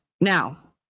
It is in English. Now